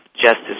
justice